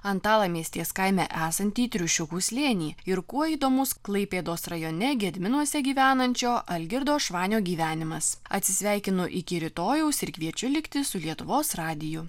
antalamėsties kaime esantį triušiukų slėnį ir kuo įdomus klaipėdos rajone gedminuose gyvenančio algirdo švanio gyvenimas atsisveikinu iki rytojaus ir kviečiu likti su lietuvos radiju